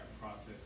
process